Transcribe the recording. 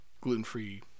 Gluten-free